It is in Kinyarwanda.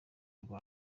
rwa